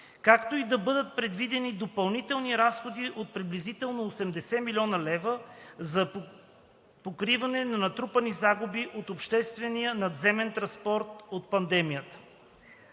както и да бъдат предвидени допълнителни разходи от приблизително 80 млн. лв. за покриване на натрупани загуби от обществения надземен транспорт от пандемията.